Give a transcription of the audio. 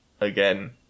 again